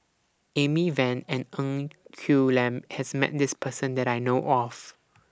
Amy Van and Ng Quee Lam has Met This Person that I know of